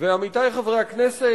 ועמיתי חברי הכנסת,